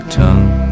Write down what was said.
tongue